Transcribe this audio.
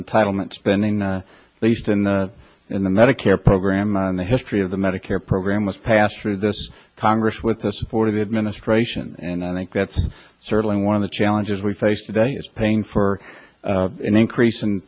entitlement spending least in the in the medicare program on the history of the medicare program was passed through this congress with the support of the administration and i think that's certainly one of the challenges we face today is paying for an increase in